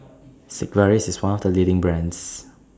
Sigvaris IS one of The leading brands